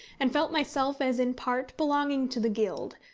and felt myself as in part belonging to the guild,